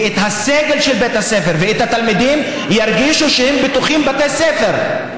ושהסגל של בית הספר והתלמידים ירגישו שהם בטוחים בבית הספר.